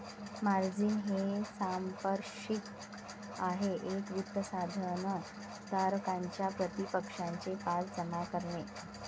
margin हे सांपार्श्विक आहे एक वित्त साधन धारकाच्या प्रतिपक्षाचे पास जमा करणे